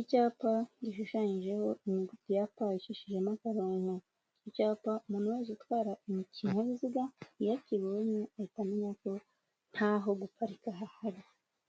Icyapa gishushanyijeho inyuguti ya P icishijemo akarongo. Iki cyapa, umuntu wese utwara ikinyabiziga iyo akibonye ahita amenya ko ntaho guparika hahari.